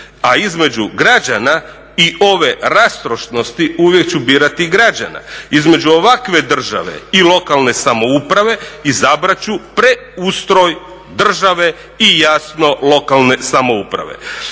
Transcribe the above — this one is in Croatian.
a između građana i ove rastrošnosti uvijek ću birati građane. Između ovakve države i lokalne samouprave, izabrat ću preustroj države i jasno lokalne samouprave.